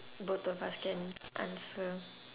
both of us can answer